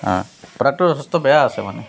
অ' প্রডাক্টটো যথেষ্ট বেয়া আছে মানে